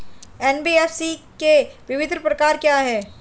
NBFC के विभिन्न प्रकार क्या हैं?